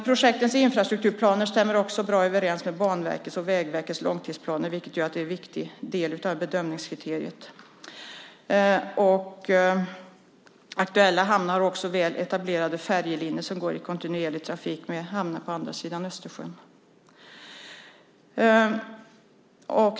Projektens infrastrukturplaner stämmer också bra överens med Banverkets och Vägverkets långtidsplaner, vilket är en viktig del av bedömningskriteriet. De aktuella hamnarna har också väl etablerade färjelinjer som går i kontinuerlig trafik till hamnar på andra sidan Östersjön.